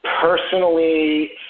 personally